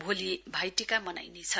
भोलि भाई टीका मनाइनेछ